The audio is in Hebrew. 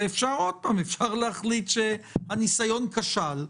אפשר להחליט שהניסיון כשל,